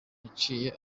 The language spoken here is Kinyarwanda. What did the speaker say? yaciye